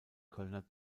kölner